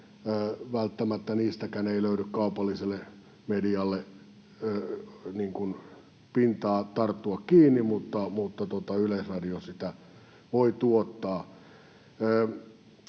Välttämättä niistäkään ei löydy kaupalliselle medialle pintaa tarttua kiinni, mutta Yleisradio sitä voi tuottaa.